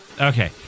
Okay